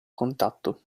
contatto